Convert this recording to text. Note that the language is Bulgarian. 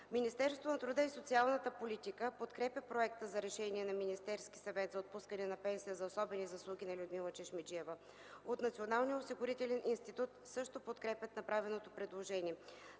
Министерството на труда и социалната политика подкрепя Проекта за решение на Министерски съвет за отпускане на пенсия за особени заслуги на Людмила Чешмеджиева. От Националния осигурителен институт също подкрепят направеното предложение.